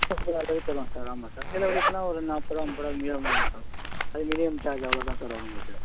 இல்லை சார் சொல்லுவாங்க சார் ஆமாம் சார் இல்லை வெளிய போனால் ஒரு நாற்பதுருவா ஐம்பதுருவா கம்மியா ஆகும் சார் அது மினிமம் சார்ஜ் அவ்வளோ தான் சார் வரும் உங்களுக்கு